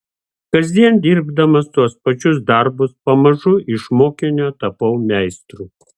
kasdien dirbdamas tuos pačius darbus pamažu iš mokinio tapau meistru